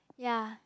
ya